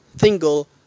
single